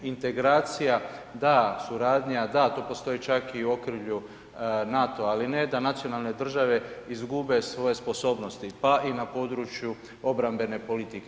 Integracija da, suradnja da, tu postoji čak i u okrilju NATO-a, ali ne da nacionalne države izgube svoje sposobnosti, pa i na području obrambene politike.